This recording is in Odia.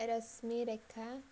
ରଶ୍ମି ରେଖା